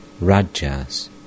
Rajas